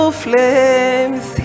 flames